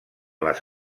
les